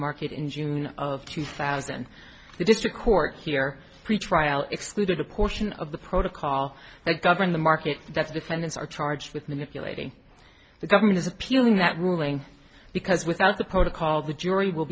market in june of two thousand the district court here pretrial excluded a portion of the protocol that govern the market that's defendants are charged with manipulating the government is appealing that ruling because without the protocol the jury will